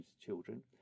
children